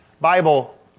Bible